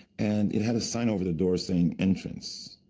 and it had a sign over the door, saying, entrance,